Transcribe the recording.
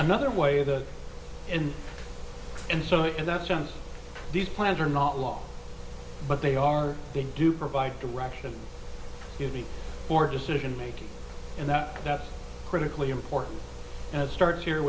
another way of that and and so in that sense these plans are not law but they are they do provide direction giving for decision making and that that's critically important as start here